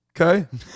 Okay